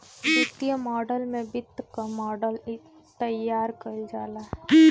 वित्तीय मॉडल में वित्त कअ मॉडल तइयार कईल जाला